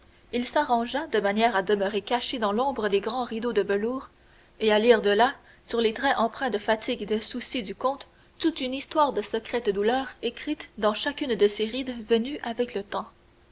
il s'arrangea de manière à demeurer caché dans l'ombre des grands rideaux de velours et à lire de là sur les traits empreints de fatigue et de soucis du comte toute une histoire de secrètes douleurs écrites dans chacune de ses rides venues avec le temps